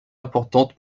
importante